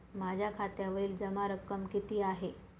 माझ्या खात्यावरील जमा रक्कम किती आहे?